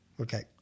Okay